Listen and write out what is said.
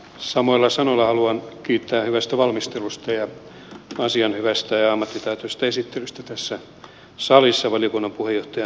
samoilla sanoilla haluan kiittää hyvästä valmistelusta ja asian hyvästä ja ammattitaitoisesta esittelystä tässä salissa valiokunnan puheenjohtajan toimesta